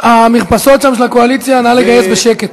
המרפסות שם, של הקואליציה, נא לגייס בשקט.